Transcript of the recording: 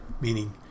meaning